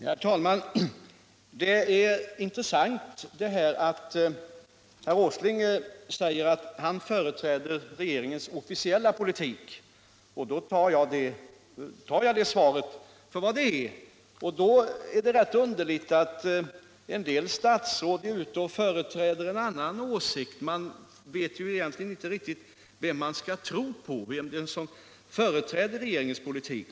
Herr talman! Det är intressant att herr Åsling säger att han företräder regeringens officiella politik. Jag tar det svaret för vad det är, men då är det rätt underligt att en del statsråd är ute och företräder en annan åsikt. Man vet egentligen inte riktigt vem man skall tro på, vem det är som företräder regeringens politik.